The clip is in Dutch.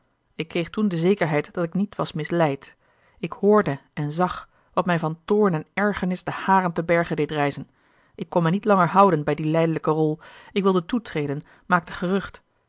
ik kreeg toen de zekerheid dat ik niet was misleid ik hoorde en zag wat mij van toorn en ergernis de haren te berge deed rijzen ik kon mij niet langer houden bij die lijdelijke rol ik wilde toetreden maakte gerucht